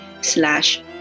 slash